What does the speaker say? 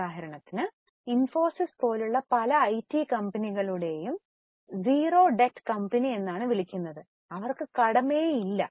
ഉദാഹരണത്തിന് ഇൻഫോസിസ് പോലുള്ള പല ഐ ടി കമ്പനികളെയും 0 ഡെറ്റ് കമ്പനി എന്ന് വിളിക്കുന്നു അവർക്ക് കടമേ ഇല്ല